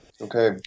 okay